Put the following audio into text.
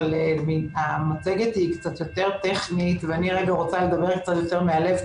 אבל המצגת היא קצת יותר טכנית ואני רוצה לדבר יותר מהלב,